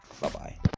Bye-bye